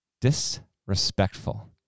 Disrespectful